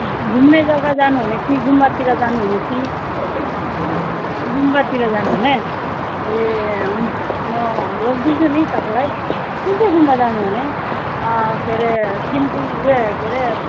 घुम्ने जग्गा जानुहुने कि गुम्बातिर जानुहुने कि गुम्बातिर जानुहुने ए हुन्छ म लगिदिन्छु नि तपाईँलाई कुन चाहिँ गुम्बा जानुहुने के अरे थिम्पू वे के अरे